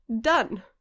Done